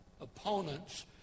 opponent's